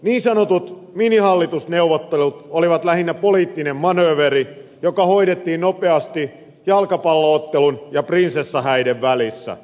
niin sanotut minihallitusneuvottelut olivat lähinnä poliittinen manööveri joka hoidettiin nopeasti jalkapallo ottelun ja prinsessahäiden välissä